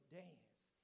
dance